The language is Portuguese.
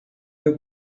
meu